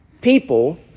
People